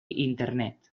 internet